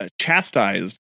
chastised